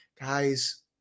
Guys